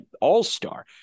all-star